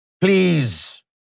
Please